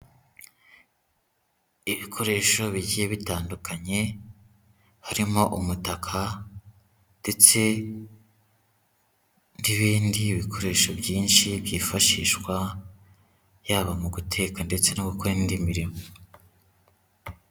Ibikoresho bigiye bitandukanye harimo umutaka ndetse n'ibindi bikoresho byinshi byifashishwa, yaba mu guteka ndetse no gukora indi mirimo.